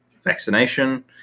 vaccination